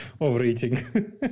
overeating